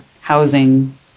housing